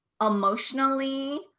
emotionally